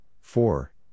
four